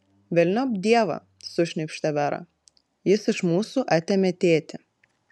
velniop dievą sušnypštė vera jis iš mūsų atėmė tėtį